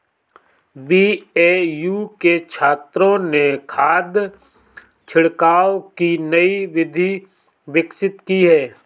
BAU के छात्रों ने खाद छिड़काव की नई विधि विकसित की है